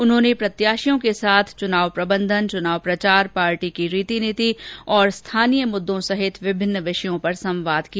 उन्होंने प्रत्याशियों के साथ चुनाव प्रबन्धन चुनाव प्रचार पार्टी की रीति नीति स्थानीय मुद्दों सहित विभिन्न विषयों पर संवाद किया